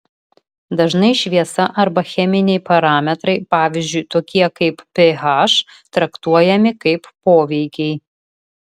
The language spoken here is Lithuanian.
dažnai šviesa arba cheminiai parametrai pavyzdžiui tokie kaip ph traktuojami kaip poveikiai